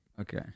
Okay